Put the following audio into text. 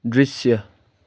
दृश्य